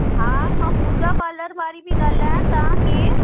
हा मां पूजा पालर वारी थी ॻाल्हायां तव्हां केरु